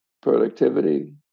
productivity